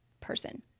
person